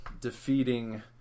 defeating